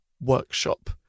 workshop